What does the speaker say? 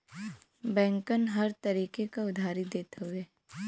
बैंकन हर तरीके क उधारी देत हउए